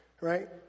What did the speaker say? Right